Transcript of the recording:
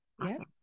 awesome